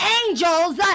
angels